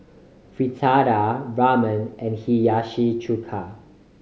Fritada Ramen and Hiyashi Chuka